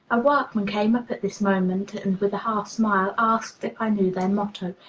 a workman came up at this moment, and, with a half-smile, asked if i knew their motto,